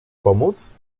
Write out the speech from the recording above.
pomóc